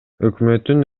өкмөттүн